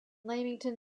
leamington